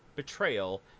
betrayal